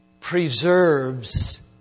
preserves